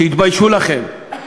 תתביישו לכם,